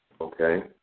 Okay